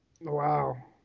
Wow